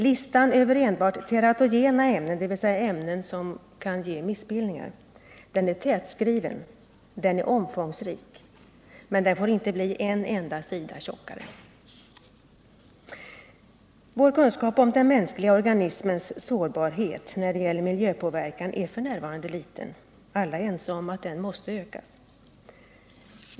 Listan över teratogena ämnen, dvs. ämnen som kan ge missbild ningar, är tätskriven och omfångsrik, men den får inte bli en enda sida tjockare. Vår kunskap om den mänskliga organismens sårbarhet när det gäller miljöpåverkan är f. n. liten, och alla är ense om att den måste ökas.